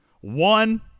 One